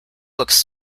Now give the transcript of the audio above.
looks